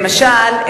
למשל,